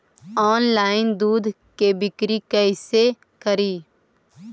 Online दुध के बिक्री कैसे करि?